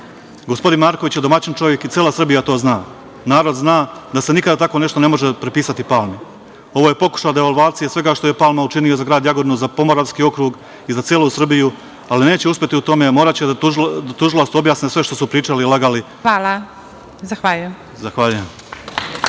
Marković je domaćin čovek i cela Srbija to zna. Narod zna da se nikada tako nešto ne može prepisati Palmi. Ovo je pokušaj devalvacije svega što je Palma učinio za grad Jagodinu, za Pomoravski okrug i za celu Srbiju, ali neće uspeti u tome, jer moraće da tužilaštvu objasne sve što su pričali i lagali. Zahvaljujem.